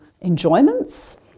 enjoyments